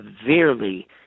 severely